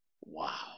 Wow